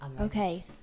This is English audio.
Okay